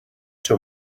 too